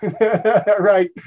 right